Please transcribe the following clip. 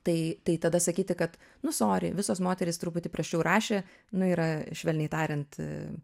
tai tai tada sakyti kad nu sory visos moterys truputį prasčiau rašė nu yra švelniai tariant